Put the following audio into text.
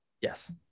Yes